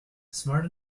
smart